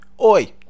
oi